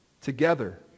together